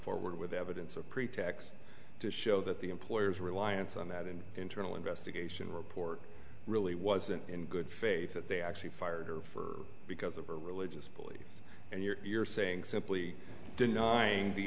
forward with evidence or pretext to show that the employers reliance on that and internal investigation report really wasn't in good faith that they actually fired her for because of her religious beliefs and you're saying simply